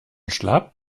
schlapp